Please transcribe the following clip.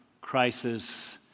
Crisis